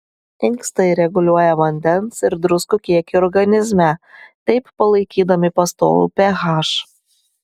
inkstai reguliuoja vandens ir druskų kiekį organizme taip palaikydami pastovų ph